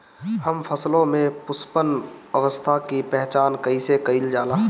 हम फसलों में पुष्पन अवस्था की पहचान कईसे कईल जाला?